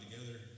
together